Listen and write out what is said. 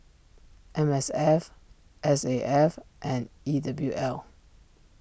M S F S A F and E W L